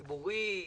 ציבורי?